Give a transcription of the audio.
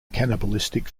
cannibalistic